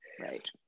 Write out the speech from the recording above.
Right